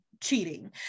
cheating